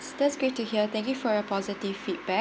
that's great to hear thank you for your positive feedback